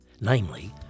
namely